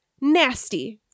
nasty